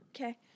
Okay